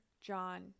John